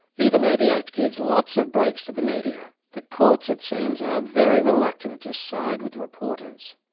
even though the act gives lots of breaks to the media, the courts, it seems, are very reluctant to side with reporters.